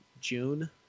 June